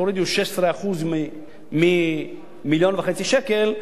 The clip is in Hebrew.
תורידו 16% ממיליון וחצי שקל,